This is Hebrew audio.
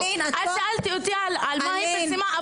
את שאלת אותי על מה היא פרסמה,